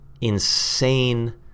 insane